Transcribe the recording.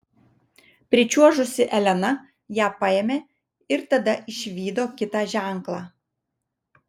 pričiuožusi elena ją paėmė ir tada išvydo kitą ženklą